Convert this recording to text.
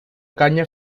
caña